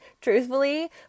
truthfully